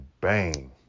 bang